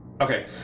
Okay